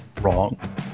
wrong